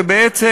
ובעצם,